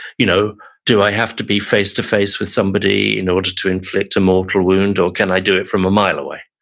you know do i have to be face-to-face with somebody in order to inflict a mortal wound or can i do it from a mile way?